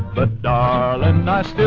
but darling,